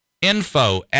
Info